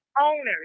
owners